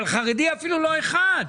אבל חרדי אפילו לא אחד,